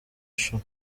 show